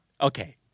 Okay